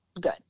good